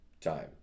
time